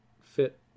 fit